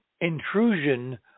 intrusion